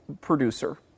producer